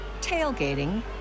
tailgating